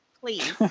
Please